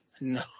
No